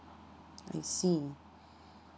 I see